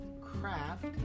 craft